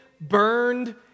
burned